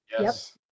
yes